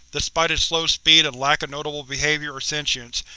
despite its slow speed and lack of notable behavior or sentience,